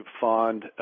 Fund